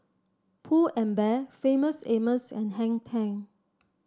Pull and Bear Famous Amos and Hang Ten